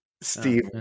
Steve